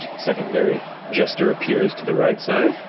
secondary jester appears to the right side.